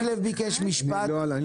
את הדגלים שלנו --- מקלב ביקש משפט לדיון